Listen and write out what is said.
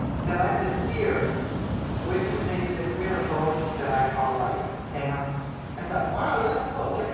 that i'm the seer witnessing this miracle that i call life. and ah i thought, wow, that's cool.